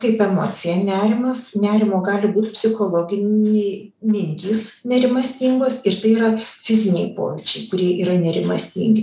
kaip emocija nerimas nerimo gali būt psichologiniai mintys nerimastingos ir tai yra fiziniai pojūčiai kurie yra nerimastingi